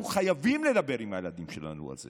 אנחנו חייבים לדבר עם הילדים שלנו על זה,